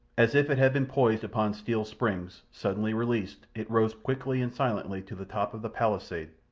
as if it had been poised upon steel springs suddenly released, it rose quickly and silently to the top of the palisade,